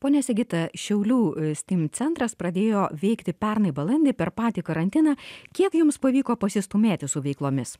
ponia sigita šiaulių steam centras pradėjo veikti pernai balandį per patį karantiną kiek jums pavyko pasistūmėti su veiklomis